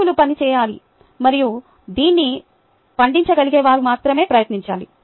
జోకులు పని చేయాలి మరియు దీన్ని పండించగలిగే వారు మాత్రమే ప్రయత్నించాలి